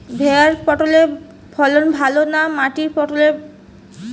ভেরার পটলের ফলন ভালো না মাটির পটলের?